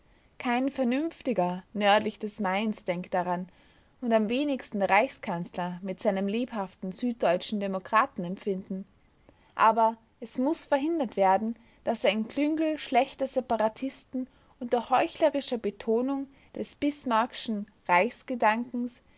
kein vernünftiger nördlich des mains denkt daran und am wenigsten der reichskanzler mit seinem lebhaften süddeutschen demokratenempfinden aber es muß verhindert werden daß ein klüngel schlechter separatisten unter heuchlerischer betonung des bismarckschen